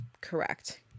Correct